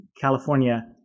California